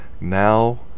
Now